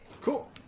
Cool